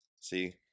See